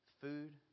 food